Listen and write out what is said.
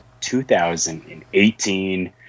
2018